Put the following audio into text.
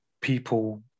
people